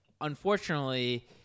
unfortunately